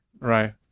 Right